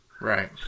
Right